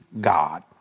God